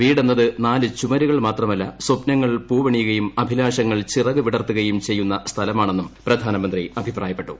വിടെന്നത് നാലു ചുമരുകൾ മാത്രമല്ല സ്പ്നങ്ങൾ പൂവണിയുകയും അഭലാഷങ്ങൾ ചിറക് വിടർത്തുകയും ചെയ്യുന്ന സ്ഥലമാണെന്നും പ്രധാനമന്ത്രി അഭിപ്രായപ്പെട്ടു